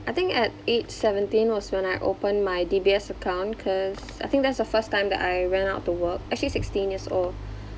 I think at age seventeen was when I open my D_B_S account cause I think that's the first time that I went out to work actually sixteen years old